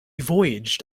voyaged